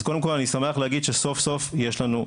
אז אני שמח להגיד שסוף סוף יש לנו נתונים,